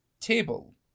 table